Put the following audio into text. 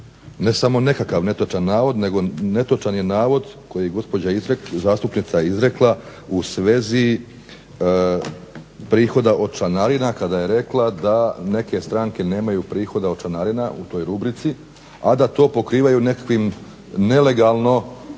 Ne samo nekakav netočan navod, nego netočan je navod koji je gospođa zastupnica izrekla u svezi prihoda od članarina kada je rekla da neke stranke nemaju prihoda od članarina u toj rubrici, a da to pokrivaju nekakvim nelegalno